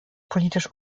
politisch